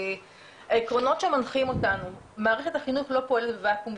העקרונות שמנחים אותנו: מערכת החינוך לא פועלת בואקום.